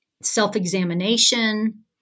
self-examination